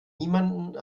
niemanden